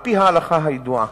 על-פי ההלכה הידועה,